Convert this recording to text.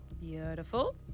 Beautiful